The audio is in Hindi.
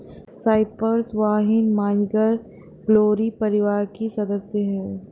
साइप्रस वाइन मॉर्निंग ग्लोरी परिवार की सदस्य हैं